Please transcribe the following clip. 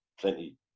Plenty